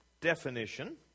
definition